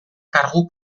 kargu